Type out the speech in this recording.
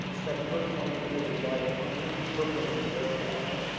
spent the first twenty eight yearears of his life in hungary, served in the hungarian army,